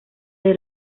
del